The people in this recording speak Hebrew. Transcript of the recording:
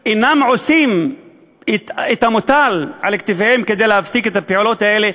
אינם עושים את המוטל עליהם כדי להפסיק את הפעולות האלה,